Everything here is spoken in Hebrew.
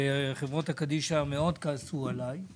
וחברות הקדישא כעסו עליי מאוד,